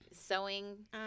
sewing